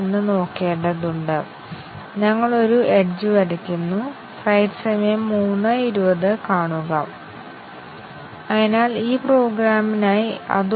അതിനാൽ basic condition coverage നേടുന്നു അതേസമയം ഡിസിഷൻ കവറേജ് നേടാനായില്ല